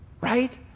right